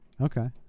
Okay